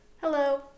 Hello